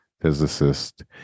physicist